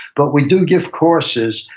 but we do give courses,